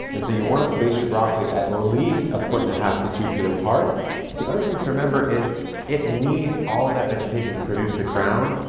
and so you want to space your broccoli at least a foot and a half to two feet apart. but the other thing to remember is it needs all that vegetation to produce the crown.